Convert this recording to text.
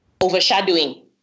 overshadowing